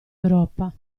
europa